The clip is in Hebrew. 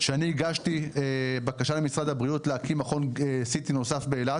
שאני הגשתי בקשה למשרד הבריאות להקים מכון CT נוסף באילת